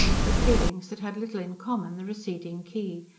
with feelings that had little in common, the receding quay,